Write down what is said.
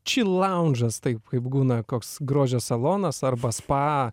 či launžas taip kaip būna koks grožio salonas arba spa